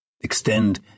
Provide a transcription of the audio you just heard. Extend